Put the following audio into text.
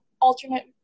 alternate